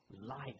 life